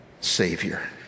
Savior